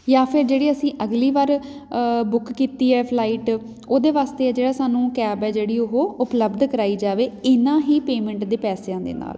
ਜਾਂ ਫਿਰ ਜਿਹੜੀ ਅਸੀਂ ਅਗਲੀ ਵਾਰ ਬੁੱਕ ਕੀਤੀ ਹੈ ਫਲਾਈਟ ਉਹਦੇ ਵਾਸਤੇ ਆ ਜਿਹੜਾ ਸਾਨੂੰ ਕੈਬ ਹੈ ਜਿਹੜੀ ਉਹ ਉਪਲੱਬਧ ਕਰਵਾਈ ਜਾਵੇ ਇਹਨਾਂ ਹੀ ਪੇਮੈਂਟ ਦੇ ਪੈਸਿਆਂ ਦੇ ਨਾਲ